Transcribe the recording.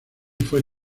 fue